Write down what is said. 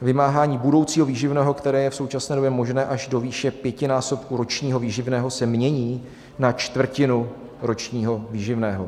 Vymáhání budoucího výživného, které je v současné době možné až do výše pětinásobku ročního výživného, se mění na čtvrtinu ročního výživného.